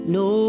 no